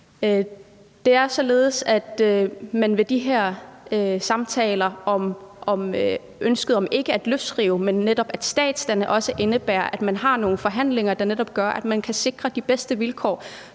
Det er således, at de her samtaler om ønsket om, ikke at løsrive sig, men netop at statsdanne, også indebærer, at man har nogle forhandlinger, der netop gør, at man kan sikre de bedste vilkår